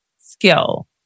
skill